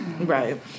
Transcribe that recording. Right